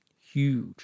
Huge